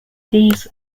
these